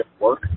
work